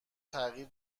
تغییر